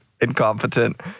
incompetent